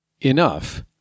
enough